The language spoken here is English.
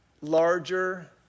larger